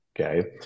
Okay